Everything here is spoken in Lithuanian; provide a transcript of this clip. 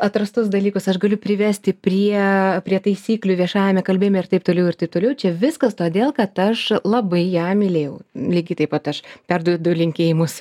atrastus dalykus aš galiu privesti prie prie taisyklių viešajame kalbėjime ir taip toliau ir taip toliau čia viskas todėl kad aš labai ją mylėjau lygiai taip pat aš perduodu linkėjimus